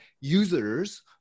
users